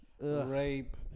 rape